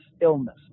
illness